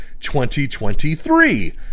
2023